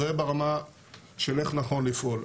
זה ברמה של איך נכון לפעול.